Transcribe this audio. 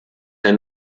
ein